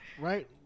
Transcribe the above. right